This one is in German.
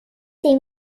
den